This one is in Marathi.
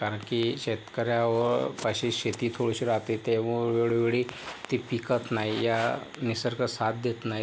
कारण की शेतकऱ्यावर पाशी शेती थोडीशी राहते त्यामुळे वेळोवेळी ती पिकत नाही या निसर्ग साथ देत नाही